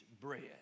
bread